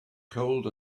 cold